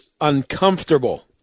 uncomfortable